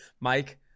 Mike